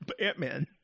Ant-Man